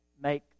make